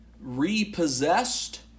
Repossessed